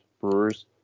Brewers